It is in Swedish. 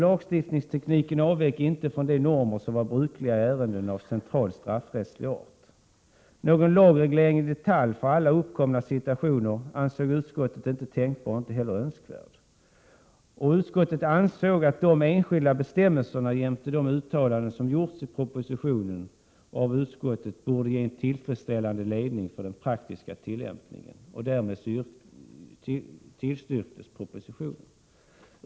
Lagstiftningstekniken avviker inte från de normer som är brukliga i ärenden av sådan central straffrättslig art som det här gäller. Någon lagreglering i detalj för alla uppkommande situationer är självfallet inte tänkbar och heller inte önskvärd. Utskottet anser att de enskilda bestämmelserna jämte de uttalanden som gjorts i propositionen och av utskottet bör ge en tillfredsställande ledning för den praktiska tillämpningen.” Propositionen tillstyrktes därmed.